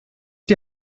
die